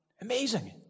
Amazing